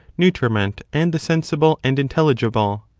nutriment and the sensible and intelligible.